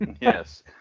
yes